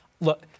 Look